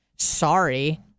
Sorry